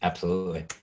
absolutely.